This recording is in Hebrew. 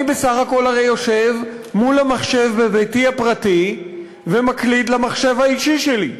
אני בסך הכול הרי יושב מול המחשב בביתי הפרטי ומקליד למחשב האישי שלי,